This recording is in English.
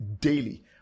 daily